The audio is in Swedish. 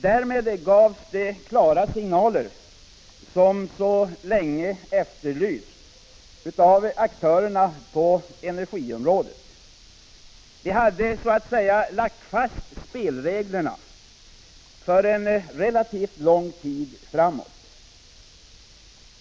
Därmed gavs det klara signaler som länge efterlysts av aktörerna på energiområdet. Vi hade så att säga lagt fast spelreglerna för en relativt lång tid framåt.